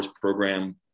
program